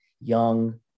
Young